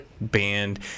band